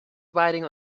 riding